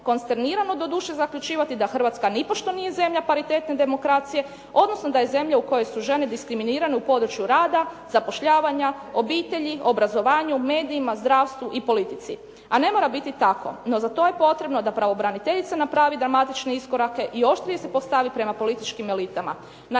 konsternirano doduše zaključivati da Hrvatska nipošto nije zemlja paritetne demokracije odnosno da je zemlja u kojoj su žene diskriminirane u području rada, zapošljavanja, obitelji, obrazovanju, medijima, zdravstvu i politici, a ne mora biti tako. No za to je potrebno da pravobraniteljica napravi dramatične iskorake i oštrije se postavi prema političkim elitama.